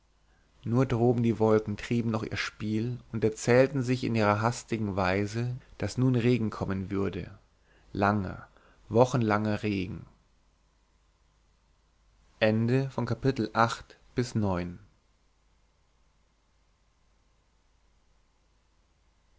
nur droben die wolken trieben noch ihr spiel und erzählten sich in ihrer hastigen weise daß nun regen kommen würde langer wochenlanger regen